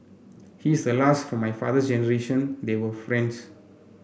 he's the last from my father's generation they were friends